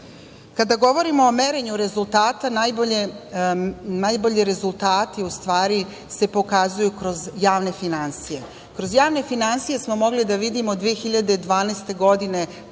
govorimo o merenju rezultata, najbolji rezultati se pokazuju kroz javne finansije. Kroz javne finansije smo mogli da vidimo 2012. godine kako